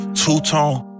two-tone